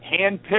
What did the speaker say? handpicked